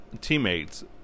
teammates